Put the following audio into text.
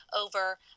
over